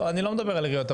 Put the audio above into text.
לא, אני לא מדבר על עיריות.